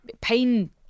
pain